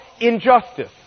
injustice